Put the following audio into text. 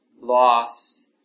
loss